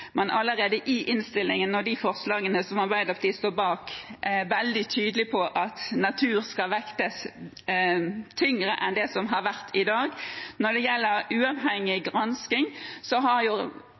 man allerede i innstillingen og i de forslagene som Arbeiderpartiet står bak, er veldig tydelig på at natur skal vektes tyngre enn slik det er i dag. Når det gjelder uavhengig